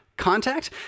contact